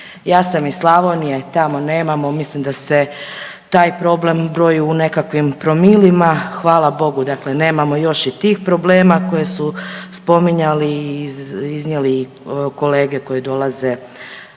Ja sam iz Slavonije, tamo nemamo mislim da se taj problem broji u nekakvim promilima. Hvala Bogu dakle nemamo još i tih problema koje su spominjali i iznijeli kolege koje dolaze